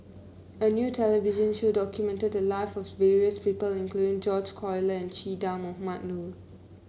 a new television show documented the live of various people including George Collyer Che Dah Mohamed Noor